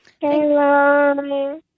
Hello